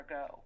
go